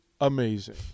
amazing